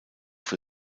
für